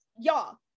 y'all